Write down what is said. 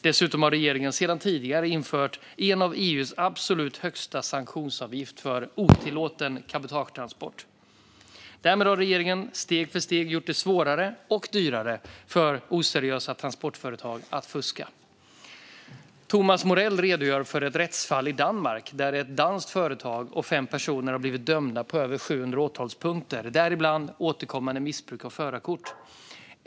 Dessutom har regeringen sedan tidigare infört en av EU:s absolut högsta sanktionsavgifter för otillåten cabotagetransport. Därmed har regeringen steg för steg gjort det svårare och dyrare för oseriösa transportföretag att fuska. Thomas Morell redogör för ett rättsfall i Danmark där ett danskt företag och fem personer har blivit dömda på över 700 åtalspunkter, däribland återkommande missbruk av förarkort.